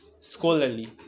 scholarly